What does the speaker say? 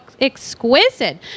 exquisite